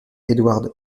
edouard